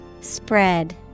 Spread